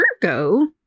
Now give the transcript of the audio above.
Virgo